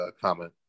comment